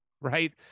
Right